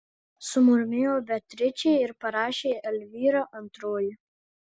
sumurmėjo beatričė ir parašė elvyra antroji